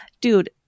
dude